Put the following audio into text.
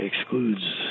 excludes